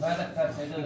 ובעד הקצאת תדר,